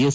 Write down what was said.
S